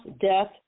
death